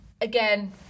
again